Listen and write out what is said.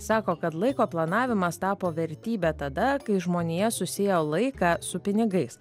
sako kad laiko planavimas tapo vertybe tada kai žmonija susiejo laiką su pinigais